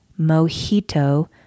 mojito